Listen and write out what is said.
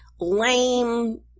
lame